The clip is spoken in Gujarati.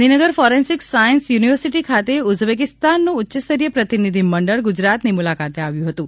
ગાંધીનગર ફોરેન્સીક સાયન્સ યુનિવર્સિટી ખાતે ઉઝબેકિસ્તાનનું ઉચ્યસ્તરીય પ્રતિનિધિ મંડળ ગુજરાતની મુલાકાતે આવ્યું હતું